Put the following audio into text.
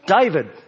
David